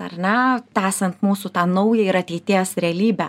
ar ne tęsiant mūsų tą naują ir ateities realybę